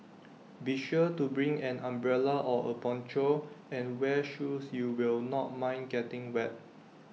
be sure to bring an umbrella or A poncho and wear shoes you will not mind getting wet